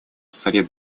совет